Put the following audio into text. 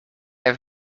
have